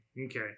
Okay